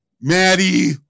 Maddie